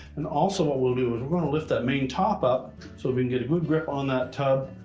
and also what we'll do is we're going to lift that main top up so we can get a good grip on that tub,